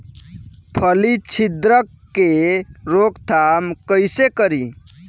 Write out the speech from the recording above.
फली छिद्रक के रोकथाम कईसे करी?